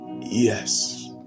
Yes